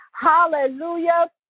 Hallelujah